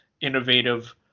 innovative